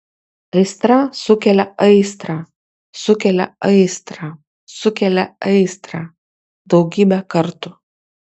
aistra sukelia aistrą sukelia aistrą sukelia aistrą daugybę kartų